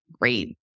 great